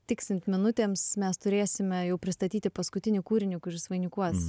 tiksint minutėms mes turėsime jau pristatyti paskutinį kūrinį kuris vainikuos